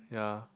ya